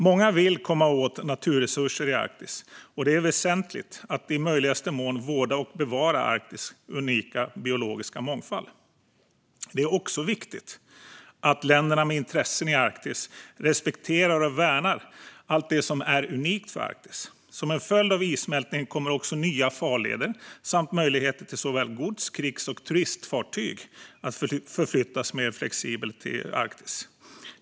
Många vill komma åt naturresurser i Arktis, och det är väsentligt att i möjligaste mån vårda och bevara Arktis unika biologiska mångfald. Det är också viktigt att länderna med intressen i Arktis respekterar och värnar allt det som är unikt för Arktis. Som en följd av issmältningen kommer också nya farleder samt möjligheter för såväl gods och krigsfartyg som turistfartyg att förflyttas mer flexibelt i Arktis.